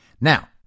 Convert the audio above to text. Now